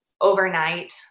overnight